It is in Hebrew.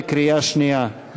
בקריאה שנייה.